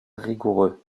rigoureux